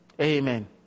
Amen